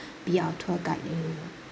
be our tour guide anymore